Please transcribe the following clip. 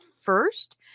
first